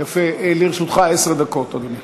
יפה, לרשותך עשר דקות, אדוני.